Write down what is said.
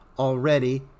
already